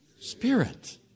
spirit